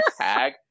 tag